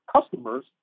customers